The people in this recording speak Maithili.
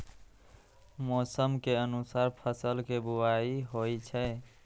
मौसम के अनुसार फसल के बुआइ होइ छै